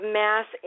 mass